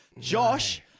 Josh